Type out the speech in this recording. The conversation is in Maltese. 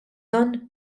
dan